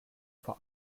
vor